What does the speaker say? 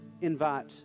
Invite